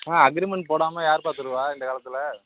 ஆ agreement போடாமல் யார்ப்பா தருவா இந்த காலத்தில்